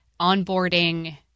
onboarding